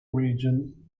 region